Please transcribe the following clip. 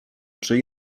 czy